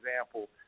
example